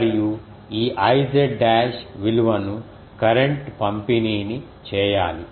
మరియు ఈ I dash విలువను కరెంట్ పంపిణీని చేయాలి